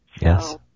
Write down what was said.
Yes